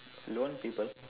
loan people